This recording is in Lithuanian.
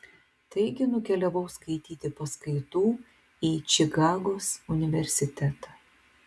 taigi nukeliavau skaityti paskaitų į čikagos universitetą